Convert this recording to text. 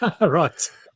right